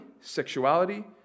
sexuality